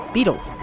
Beatles